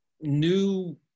new